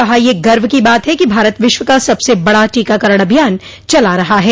कहा ये गर्व की बात है कि भारत विश्व का सबसे बडा टीकाकरण अभियान चला रहा है